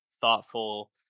thoughtful